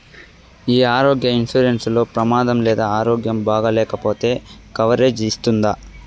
ఈ ఆరోగ్య ఇన్సూరెన్సు లో ప్రమాదం లేదా ఆరోగ్యం బాగాలేకపొతే కవరేజ్ ఇస్తుందా?